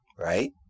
Right